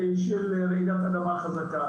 רעידת אדמה חזקה.